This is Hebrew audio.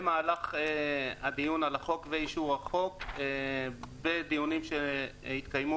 במהלך הדיון על החוק ואישור החוק ודיונים שהתקיימו